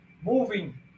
moving